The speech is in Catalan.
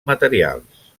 materials